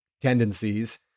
tendencies